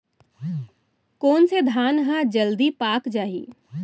कोन से धान ह जलदी पाक जाही?